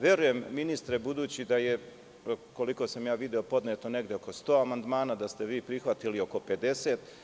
Verujem ministre budući da je, koliko sam video, podneto negde oko 100 amandmana, da ste vi prihvatili oko 50.